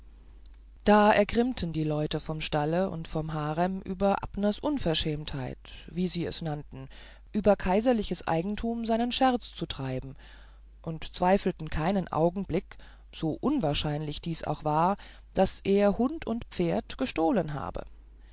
da ergrimmten die leute vom stalle und vom harem über abners unverschämtheit wie sie es nannten über kaiserliches eigentum seinen scherz zu treiben und zweifelten keinen augenblick so unwahrscheinlich dies auch war daß er hund und pferd gestohlen habe